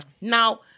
Now